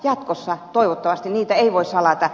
jatkossa toivottavasti niitä ei voi salata